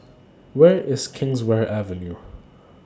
Where IS Kingswear Avenue